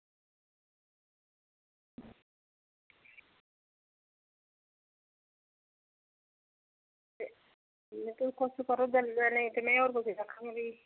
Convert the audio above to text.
ते कुछ करो ते नेईं तां में होर कुसै गी आक्खनी आं